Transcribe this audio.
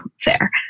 fair